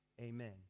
amen